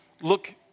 Look